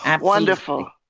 Wonderful